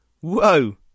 Whoa